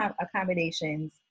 accommodations